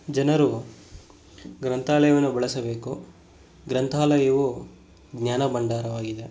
ಜನರು ಗ್ರಂಥಾಲಯಗಳನ್ನು ಬಳಸಬೇಕು ಗ್ರಂಥಾಲಯವು ಜ್ಞಾನ ಭಂಡಾರವಾಗಿದೆ